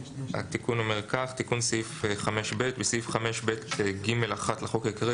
התיקון אומר כך: תיקון סעיף 5ב 3. בסעיף 5ב(ג1) לחוק העיקרי,